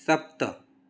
सप्त